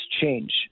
change